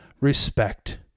respect